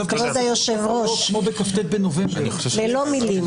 היושב-ראש, ללא מילים.